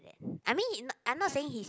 I mean I'm not saying he is